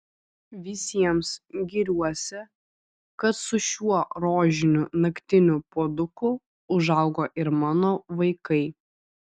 visiems giriuosi kad su šiuo rožiniu naktiniu puoduku užaugo ir mano vaikai